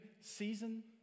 season